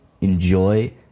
Enjoy